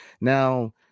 Now